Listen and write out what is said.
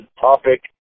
topic